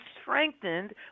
strengthened